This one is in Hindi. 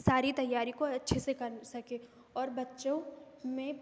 सारी तैयारी को अच्छे से कर सकें और बच्चों में